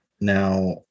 now